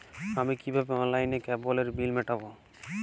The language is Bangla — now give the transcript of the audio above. আমি কিভাবে অনলাইনে কেবলের বিল মেটাবো?